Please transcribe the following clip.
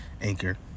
Anchor